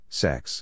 sex